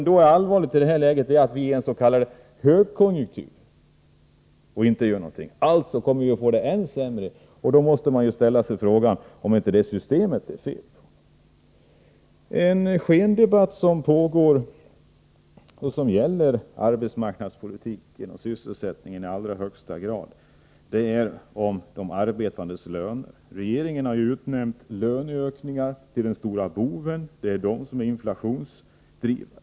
Det allvarliga är att vii en s.k. högkonjunktur inte gör någonting. Alltså kommer vi att få det ännu sämre. Då måste man fråga om det inte är systemet som det är fel på. En skendebatt, som gäller arbetsmarknadspolitik och sysselsättning i allra högsta grad, handlar om de arbetandes löner. Regeringen har ju utnämnt löneökningarna till den största boven. De är inflationsdrivande.